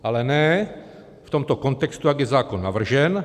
Ale ne v tomto kontextu, jak je zákon navržen.